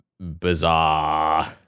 bizarre